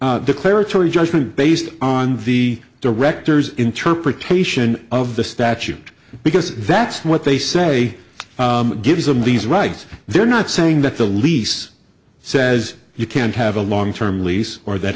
declaratory judgment based on the director's interpretation of the statute because that's what they say gives them these rights they're not saying that the lease says you can't have a long term lease or that